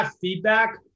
feedback